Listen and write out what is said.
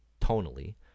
tonally